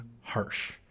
harsh